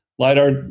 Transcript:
LiDAR